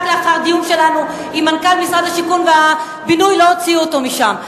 רק לאחר דיון שלנו עם מנכ"ל משרד השיכון והבינוי לא הוציאו אותו משם.